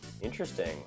interesting